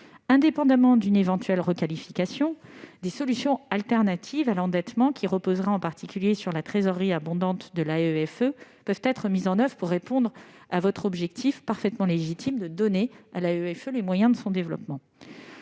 Indépendamment d'une éventuelle requalification, des solutions substitutives à l'endettement, qui reposeraient en particulier sur la trésorerie abondante de l'AEFE, peuvent être mises en oeuvre pour répondre à l'objectif, parfaitement légitime, de lui donner les moyens de son développement.